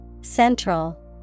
Central